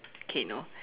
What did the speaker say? okay no